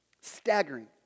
Staggering